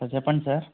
చెప్పండి సార్